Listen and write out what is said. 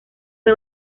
fue